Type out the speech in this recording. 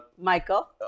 michael